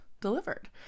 delivered